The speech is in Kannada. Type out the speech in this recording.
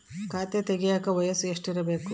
ಖಾತೆ ತೆಗೆಯಕ ವಯಸ್ಸು ಎಷ್ಟಿರಬೇಕು?